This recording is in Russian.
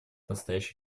настоящей